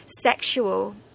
sexual